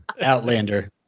Outlander